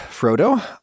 Frodo